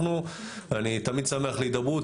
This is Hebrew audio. אני תמיד שמח להידברות.